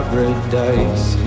Paradise